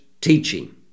teaching